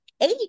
eight